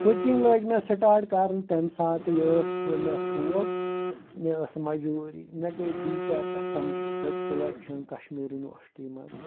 cooking لٲج مےٚ start کَرٕنۍ تَمہِ ساتہٕ یہِ ٲس زِ مےٚ شوق مےٚ ٲس مجبوٗری مےٚ گٔے بی ٹٮ۪کَس سَمجی سِلٮ۪کشَن کشمیٖر یونوَرسِٹی مَنٛز